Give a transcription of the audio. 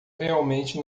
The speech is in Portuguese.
realmente